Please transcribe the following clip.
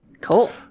Cool